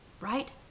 Right